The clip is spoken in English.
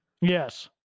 Yes